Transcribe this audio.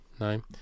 No